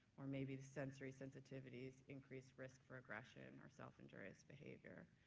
or maybe the sensory sensitivities increase risk for aggression or self-injurious behavior.